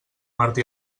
martí